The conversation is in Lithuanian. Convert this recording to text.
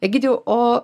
egidijau o